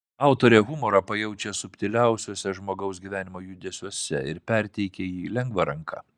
autorė humorą pajaučia subtiliausiuose žmogaus gyvenimo judesiuose ir perteikia jį lengva ranka